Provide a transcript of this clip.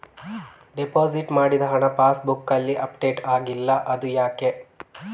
Deposit ಮಾಡಿದ ಹಣ ಪಾಸ್ ಬುಕ್ನಲ್ಲಿ ಅಪ್ಡೇಟ್ ಆಗಿಲ್ಲ ಅದು ಯಾಕೆ?